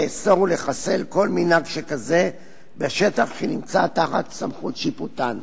לאסור ולחסל כל מנהג שכזה בשטח שנמצא תחת סמכות שיפוטן.